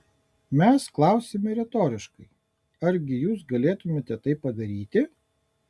mes klausiame retoriškai argi jus galėtumėte tai padaryti